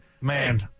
Man